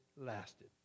lasted